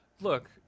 Look